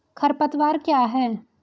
खरपतवार क्या है?